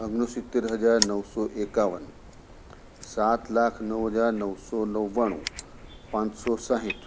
અગણોસિત્તેર હજાર નવસો એકાવન સાત લાખ નવ હજાર નવસો નવ્વાણું પાનસો સાંઠ